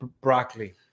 broccoli